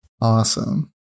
Awesome